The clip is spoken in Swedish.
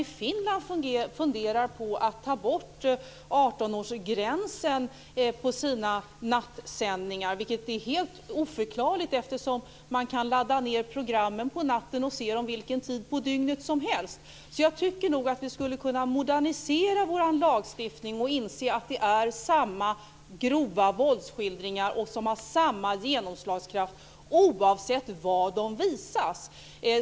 I Finland funderar man däremot på att ta bort 18-årsgränsen på sina nattsändningar, vilket är helt oförklarligt. Man kan ju ladda ned programmen på natten och se dem vilken tid på dygnet som helst. Jag tycker att vi skulle kunna modernisera vår lagstiftning och inse att det är samma grova våldsskildringar, som har samma genomslagskraft oavsett var de visas.